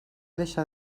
deixa